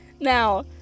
Now